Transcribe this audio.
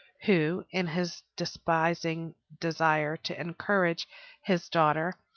who, in his despairing desire to encourage his daughter,